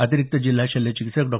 अतिरीक्त जिल्हा शल्यचिकित्सक डॉ